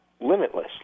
limitless